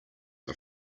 are